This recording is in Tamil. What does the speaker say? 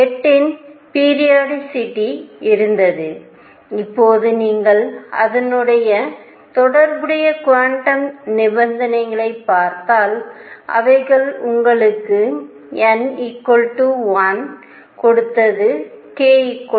8 இன் பிரியோடிசிட்டி இருந்தது இப்போது நீங்கள் அதனுடன் தொடர்புடைய குவாண்டம் நிபந்தனைகளைப் பார்த்தால் அவைகள் உங்களுக்கு n 1 க்கு கொடுத்தது k 1